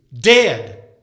dead